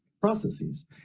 processes